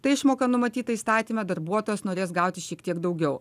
ta išmoka numatyta įstatyme darbuotojas norės gauti šiek tiek daugiau